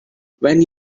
when